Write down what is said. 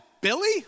Billy